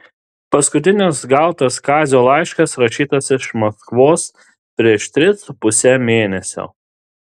paskutinis gautas kazio laiškas rašytas iš maskvos prieš tris su puse mėnesio